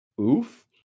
oof